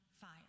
fire